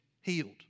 healed